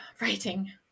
writing